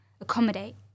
accommodate